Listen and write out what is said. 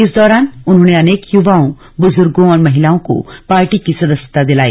इस दौरान उन्होंने अनेक युवाओ बुजुर्गो और महिलाओ को पार्टी की सदस्यता दिलाई